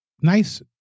nice